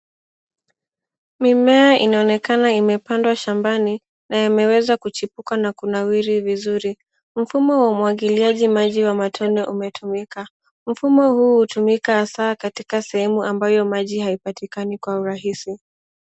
Mimea inaonekana imepandwa shambani na yameweza kuchipuka na kunawiri vizuri. Mfumo wa umwagiliaji maji wa matone umetumika. Mfumo huu hutumika hasa katika sehemu ambayo maji hayapatikani kwa urahisi.